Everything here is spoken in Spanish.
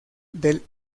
del